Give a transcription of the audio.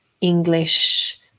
English